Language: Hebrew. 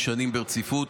רצופות,